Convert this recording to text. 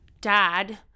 Dad